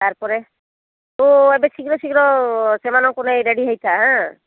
ତା'ର୍ ପରେ ତୁ ଏବେ ଶୀଘ୍ର ଶୀଘ୍ର ସେମାନଙ୍କୁ ନେଇ ରେଡ଼ି ହେଇଥା ହେଁ